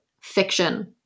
fiction